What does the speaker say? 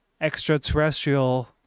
extraterrestrial